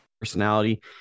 personality